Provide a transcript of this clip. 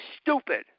stupid